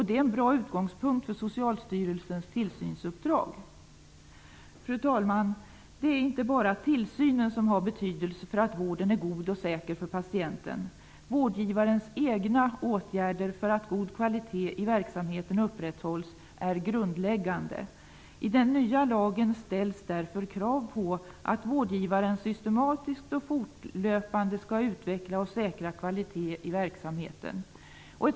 Det är en bra utgångspunkt för Socialstyrelsens tillsynsuppdrag. Fru talman! Det är inte bara tillsynen som har betydelse för att vården är god och säker för patienten. Vårdgivarens egna åtgärder för att god kvalitet i verksamheten upprätthålls är grundläggande. I den nya lagen ställs därför krav på att vårdgivaren systematiskt och fortlöpande skall utveckla och säkra kvaliteten i verksamheten.